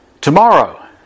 Tomorrow